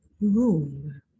room